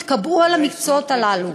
יתקבעו במקצועות הללו.